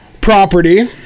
property